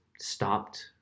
stopped